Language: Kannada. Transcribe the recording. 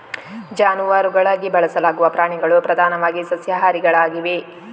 ಜಾನುವಾರುಗಳಾಗಿ ಬಳಸಲಾಗುವ ಪ್ರಾಣಿಗಳು ಪ್ರಧಾನವಾಗಿ ಸಸ್ಯಾಹಾರಿಗಳಾಗಿವೆ